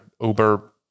Uber